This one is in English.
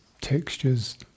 textures